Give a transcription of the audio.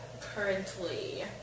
currently